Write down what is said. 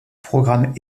programme